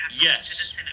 yes